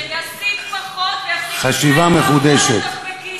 שיסית פחות ויפסיק להתנהג כמו אחרון הטוקבקיסטים.